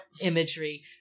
imagery